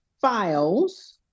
files